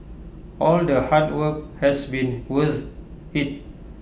all the hard work has been worth IT